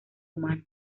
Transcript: humano